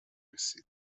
رسید